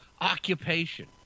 occupation